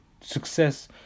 success